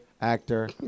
actor